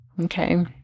Okay